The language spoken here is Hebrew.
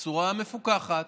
בצורה מפוקחת,